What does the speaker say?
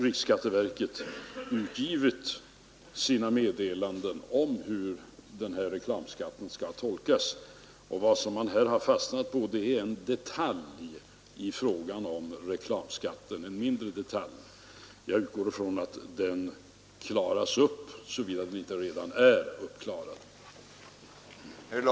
Riksskatteverket har nu givit ut meddelanden om hur bestämmelserna om reklamskatten skall tolkas. Vad man i artikeln hade fastnat på var en mindre detalj i fråga om reklamskatten. Jag utgår från att den detaljen kommer att klaras upp, såvida den inte redan är uppklarad.